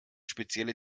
spezielle